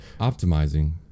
Optimizing